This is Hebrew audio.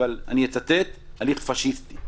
אבל אני אצטט "הליך פשיסטי".